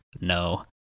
no